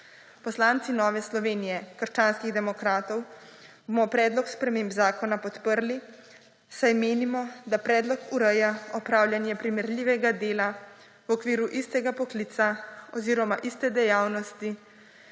Poslanci Nove Slovenije - krščanski demokrati bomo predlog sprememb zakona podprli, saj menimo, da predlog ureja opravljanje primerljivega dela v okviru istega poklica oziroma iste dejavnosti